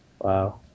Wow